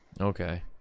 Okay